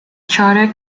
charter